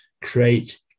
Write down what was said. create